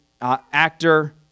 actor